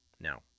Now